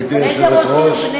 גברתי היושבת-ראש, ואיזה ראש עיר?